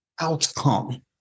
outcome